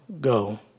go